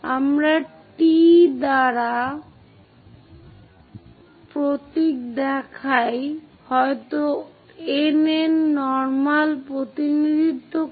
আমরা T টি দ্বারা প্রতীক দেখাই হয়তো N N নর্মাল প্রতিনিধিত্ব করে